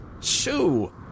Shoo